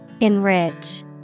enrich